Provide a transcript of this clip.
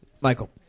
Michael